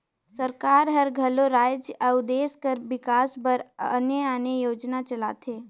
सरकार हर घलो राएज अउ देस कर बिकास बर आने आने योजना चलाथे